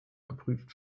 geprüft